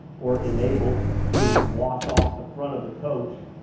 or enabled to wash off the front of the coach.